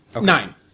Nine